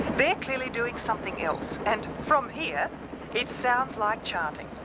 they're clearly doing something else and from here it sounds like chanting.